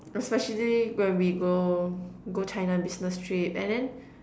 especially when we go go China business trip and then